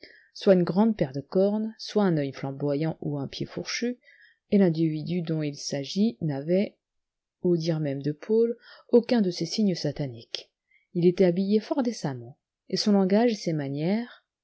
soit une grande paire de cornes soit un œil flamboyant ou un pied fourchu et l'individu dont il s'agit n'avait au dire même de paul aucun de ces signes sataniques il était habillé fort décemment et son langage et ses manières